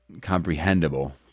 comprehensible